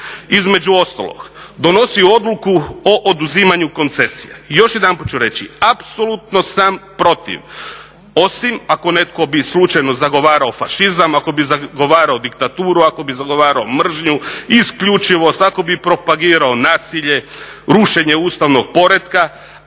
Između ostalog, donosi odluku o oduzimanju koncesija. I još jedanput ću reći apsolutno sam protiv osim ako netko bi slučajno zagovarao fašizam, ako bi zagovarao diktaturu, ako bi zagovarao mržnju, isključivo, ako bi propagirao nasilje, rušenje ustavnog poretka